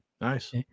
Nice